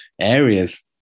areas